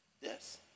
Yes